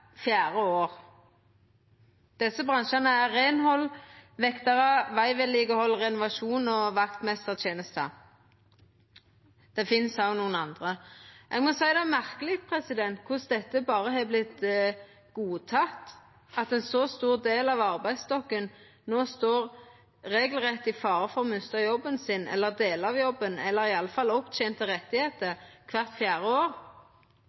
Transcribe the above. fjerde år. Desse bransjane er reinhald, vektaryrket, vegvedlikehald, renovasjon og vaktmeistertenester. Det finst òg nokre andre. Eg må seia at det er merkeleg korleis dette berre har vorte godteke, at ein så stor del av arbeidsstokken no regelrett står i fare for å mista jobben sin, delar av jobben eller i alle fall opptente rettar kvart fjerde år. Eg hugsar godt då eg gjekk på grunnskulen for femten år